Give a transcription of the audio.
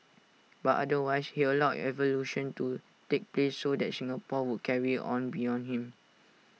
but otherwise he allowed evolution to take place so that Singapore would carry on beyond him